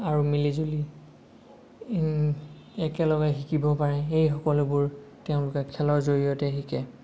আৰু মিলিজুলি একেলগে শিকিব পাৰে এই সকলোবোৰ তেওঁলোকে খেলৰ জৰিয়তে শিকে